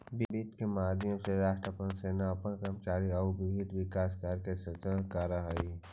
वित्त के माध्यम से राष्ट्र अपन सेना अपन कर्मचारी आउ विभिन्न विकास कार्य के संचालन करऽ हइ